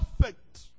perfect